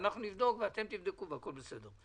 אנחנו נבדוק ואתם תבדקו והכול בסדר.